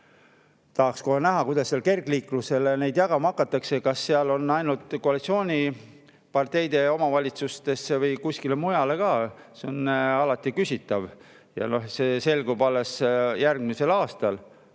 ma tahaks näha, kuidas kergliiklusele neid jagama hakatakse. Kas on ainult koalitsiooniparteide omavalitsustesse või kuskile mujale ka? See on alati küsitav ja see selgub alles järgmisel aastal.